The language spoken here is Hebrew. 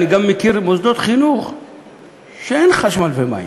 אני גם מכיר מוסדות חינוך שאין שם חשמל ומים.